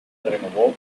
renovó